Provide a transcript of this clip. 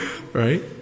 Right